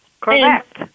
correct